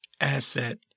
asset